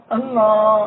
Allah